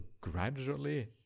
gradually